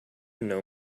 know